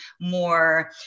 more